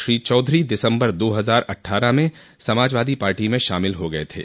श्री चौधरी दिसम्बर दो हजार अठठारहे में समाजवादी पार्टी में शामिल हो गये थे